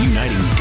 Uniting